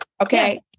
Okay